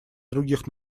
других